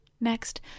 Next